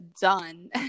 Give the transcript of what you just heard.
done